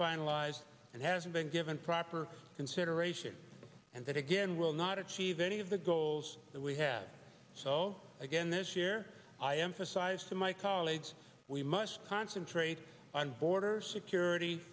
finalized and hasn't been given proper consideration and that again will not achieve any of the goals that we had so again this year i emphasized to my colleagues we must concentrate on border security